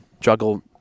juggle